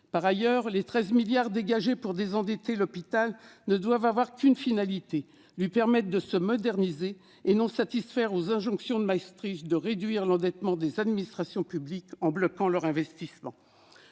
Par ailleurs, les 13 milliards d'euros dégagés pour désendetter l'hôpital ne doivent avoir qu'une finalité : lui permettre de se moderniser. Il ne s'agit pas de satisfaire aux injonctions de Maastricht et de réduire l'endettement des administrations publiques en bloquant leurs investissements.